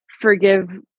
forgive